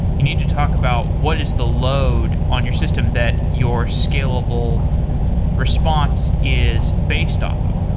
you need to talk about what is the load on your system that your scalable response is based off of.